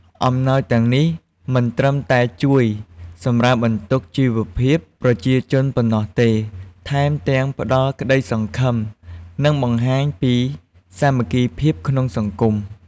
អំណោយទាំងនេះមិនត្រឹមតែជួយសម្រាលបន្ទុកជីវភាពប្រជាជនប៉ុណ្ណោះទេ ថែមទាំងផ្តល់ក្តីសង្ឃឹម និងបង្ហាញពីសាមគ្គីភាពក្នុងសង្គម។